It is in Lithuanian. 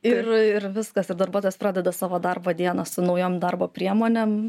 ir viskas ar darbuotojas pradeda savo darbo dieną su naujom darbo priemonėm